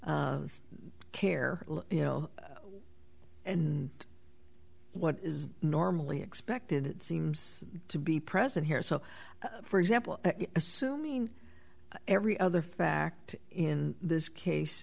care you know and what is normally expected seems to be present here so for example assuming every other fact in this case